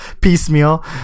piecemeal